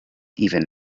even